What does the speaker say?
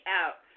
out